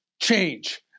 change